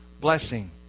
blessing